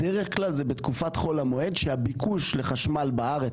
בדרך כלל זה בתקופת חול המועד שהביקוש לחשמל בארץ,